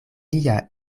lia